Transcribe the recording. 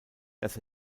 dass